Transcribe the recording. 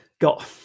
got